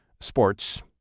sports